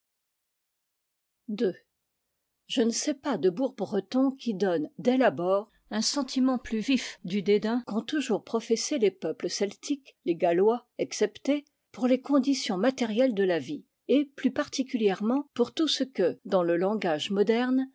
je ne sais pas de bourg breton qui donne dès l'abord un sentiment plus vif du dédain qu'ont toujours professé les peuples celtiques les gallois exceptés pour les conditions matérielles de la vie et plus particulièrement pour tout ce que dans le langage moderne